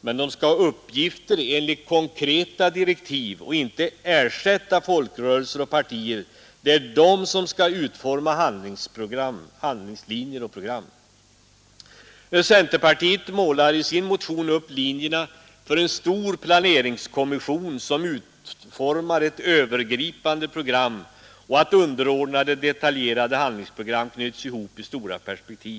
men vi skall ha uppgifter enligt konkreta direktiv och inte ersätta folkrörelser och partier — det är dessa som skall utforma handlingslinjer och program. Centerpartiet målar i sin motion upp linjerna för en stor planeringskommission som utformar ett övergripande program och knyter ihop underordnade, detaljerade handlingsprogram i stora perspektiv.